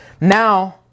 Now